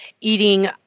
eating